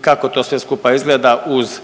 kako to sve skupa izgleda uz